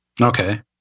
okay